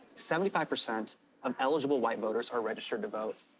seventy five percent of eligible white voters are registered to vote.